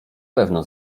pewno